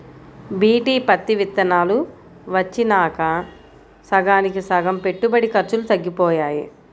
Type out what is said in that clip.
BT పత్తి విత్తనాలు వచ్చినాక సగానికి సగం పెట్టుబడి ఖర్చులు తగ్గిపోయాయి